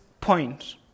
point